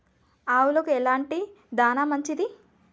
ఆవులకు ఎలాంటి దాణా మంచిది?